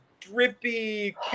drippy